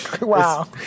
Wow